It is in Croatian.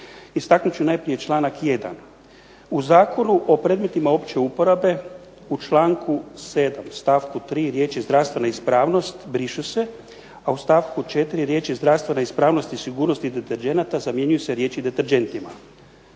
Istaknut ću najprije članak 1. u Zakonu o predmetima opće uporabe, u članku 7. stavku 3. riječi zdravstvena ispravnost brišu se, a u stavku 4. riječi zdravstvena ispravnost i sigurnost deterdženata zamjenjuju se riječi deterdženti.